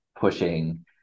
pushing